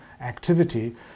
activity